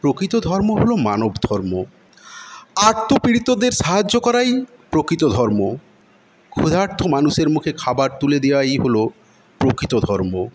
প্রকৃত ধর্ম হল মানব ধর্ম আর্ত পীড়িতদের সাহায্য করাই প্রকৃত ধর্ম ক্ষুধার্ত মানুষের মুখে খাবার তুলে দিয়াই হলো প্রকৃত ধর্ম